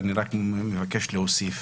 אני רק מבקש להוסיף